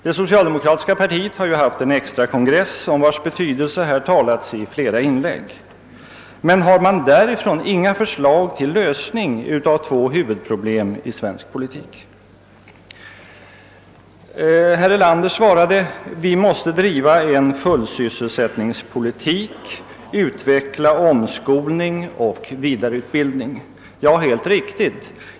Det socialdemokratiska partiet har haft en extrakongress, om vars betydelse det har talats i flera inlägg. Framkom vid denna extrakongress inga för slag till lösning av dessa två huvudproblem i svensk politik? Herr Erlander svarade att vi måste driva den fulla sysselsättningens politik, utveckla omskolning och vidareutbildning. Ja, det är riktigt.